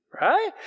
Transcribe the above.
right